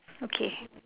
okay